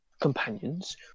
companions